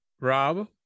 Rob